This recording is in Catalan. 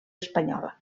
espanyola